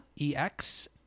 ex